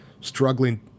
struggling